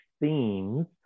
themes